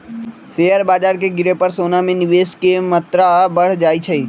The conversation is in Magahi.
शेयर बाजार के गिरे पर सोना में निवेश के मत्रा बढ़ जाइ छइ